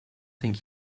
think